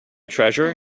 treasure